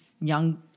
young